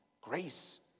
Grace